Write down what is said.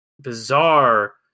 bizarre